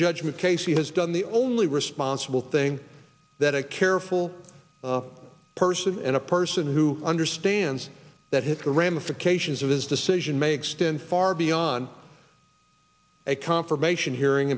judgment casey has done the only responsible thing that a careful person and a person who understands that hit the ramifications of his decision may extend far beyond a confirmation hearing